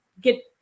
get